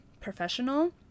professional